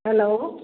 hello